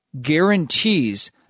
guarantees